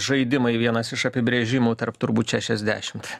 žaidimai vienas iš apibrėžimų tarp turbūt šešiasdešimt